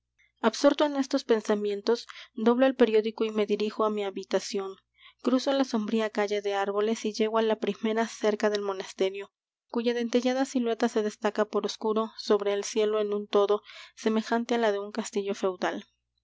absorto en estos pensamientos doblo el periódico y me dirijo á mi habitación cruzo la sombría calle de árboles y llego á la primera cerca del monasterio cuya dentellada silueta se destaca por oscuro sobre el cielo en un todo semejante á la de un castillo feudal